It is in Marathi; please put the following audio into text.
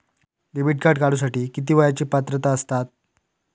डेबिट कार्ड काढूसाठी किती वयाची पात्रता असतात?